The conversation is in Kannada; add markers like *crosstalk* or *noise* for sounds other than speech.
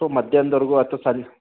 ಸೊ ಮಧ್ಯಾನದ್ವರ್ಗೂ ಅಥವಾ *unintelligible*